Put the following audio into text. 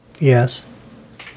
Yes